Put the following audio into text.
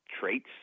traits